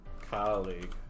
colleague